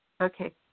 Okay